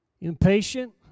Impatient